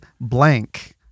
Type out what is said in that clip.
blank